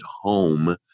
home